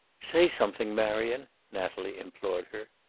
say something, marion, natalie implored her.